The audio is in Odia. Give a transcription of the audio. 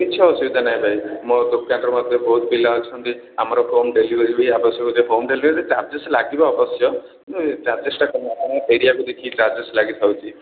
କିଛି ଅସୁବିଧା ନାଇଁ ଭାଇ ମୋ ଦୋକାନର ମଧ୍ୟ ବହୁତ ପିଲା ଅଛନ୍ତି ଆମର ହୋମ୍ ଡ଼େଲିଭରି ବି ଆବଶ୍ୟକ ଯେ ହୋମ୍ ଡ଼େଲିଭରି ଚାରଜେସ୍ ଲାଗିବା ଅବଶ୍ୟ କିନ୍ତୁ ଚାର୍ଜେସ୍ ଏରିଆକୁ ଦେଖିକି ଚାର୍ଜେସ୍ ଲାଗିଥାଉଛି